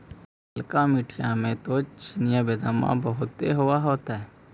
ललका मिट्टी मे तो चिनिआबेदमां बहुते होब होतय?